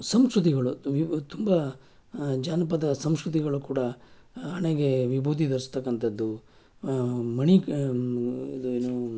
ಸಂಸ್ಕೃತಿಗಳು ಇವು ತುಂಬ ಜಾನಪದ ಸಂಸ್ಕೃತಿಗಳು ಕೂಡ ಹಣೆಗೆ ವಿಭೂತಿ ಧರಿಸ್ತಕ್ಕಂಥದ್ದು ಮಣಿ ಇದು ಏನು